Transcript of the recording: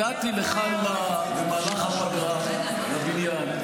הגעתי לכאן במהלך הפגרה לבניין,